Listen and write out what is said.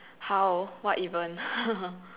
how what even